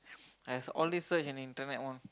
I've all these search in internet one